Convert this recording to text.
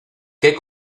qué